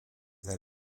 that